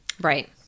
Right